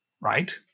right